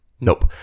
Nope